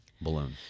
balloon